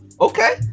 okay